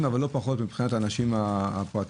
אבל לא פחות מבחינת האנשים הפרטיים.